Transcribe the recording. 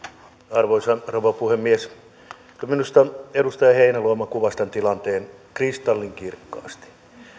arvoisa rouva puhemies kyllä minusta edustaja heinäluoma kuvasi tämän tilanteen kristallinkirkkaasti